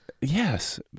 yes